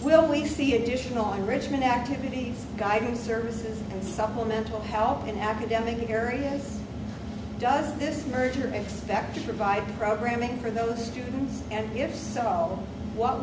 will we see additional richmond activities guiding services and supplemental help in academic areas does this merger expect to provide programming for those students and if so what